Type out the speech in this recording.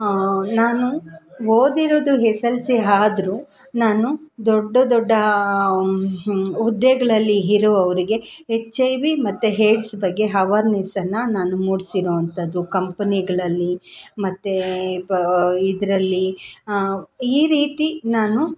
ನಾನು ಓದಿರೋದು S L C ಆದ್ರೂ ನಾನು ದೊಡ್ಡ ದೊಡ್ಡ ಹುದ್ದೆಗಳಲ್ಲಿ ಇರೋವ್ರಿಗೆ ಹೆಚ್ ಐ ವಿ ಮತ್ತು ಹೆಡ್ಸ್ ಬಗ್ಗೆ ಹವಾರ್ನೆಸನ್ನ ನಾನು ಮೂಡ್ಸಿರುವಂಥದ್ದು ಕಂಪ್ನಿಗಳಲ್ಲಿ ಮತ್ತು ಪ ಇದರಲ್ಲಿ ಈ ರೀತಿ ನಾನು